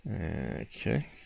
Okay